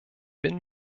bin